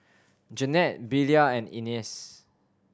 Jeanette Belia and Ines